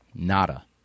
Nada